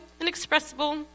inexpressible